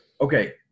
Okay